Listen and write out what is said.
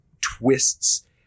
twists